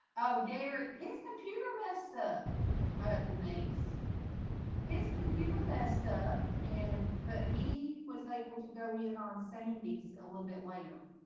oh gary his computer. mr denis his computer messed up and but he was able to go in on sandy's a little bit later